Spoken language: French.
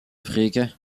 africain